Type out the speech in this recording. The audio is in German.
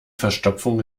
verstopfung